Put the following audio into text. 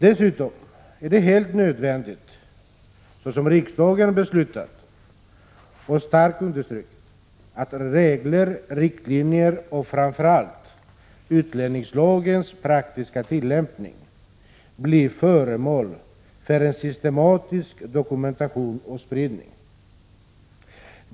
Dessutom är det helt nödvändigt, så som riksdagen beslutat och starkt understrukit, att regler, riktlinjer och framför allt utlänningslagens praktiska tillämpning blir föremål för en systematisk dokumentation och spridning.